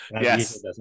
yes